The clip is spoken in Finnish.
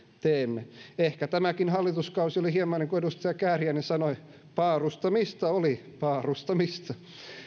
teemme ehkä tämäkin hallituskausi oli hieman niin kuin edustaja kääriäinen sanoi paarustamista oli paarustamista